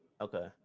Okay